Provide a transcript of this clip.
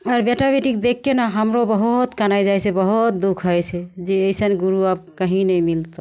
हमर बेटा बेटीकेँ देखिके ने हमरो बहुत कनै जाइ छै बहुत दुख होइ छै जे अइसन गुरु आब कहीँ नहि मिलतऽ